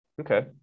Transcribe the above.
Okay